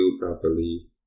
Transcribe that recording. properly